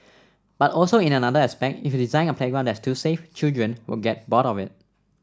but also in another aspect if you design a playground that's too safe children will get bored of it